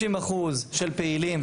50% של פעילים,